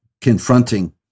confronting